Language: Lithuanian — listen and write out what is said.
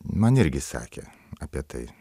man irgi sakė apie tai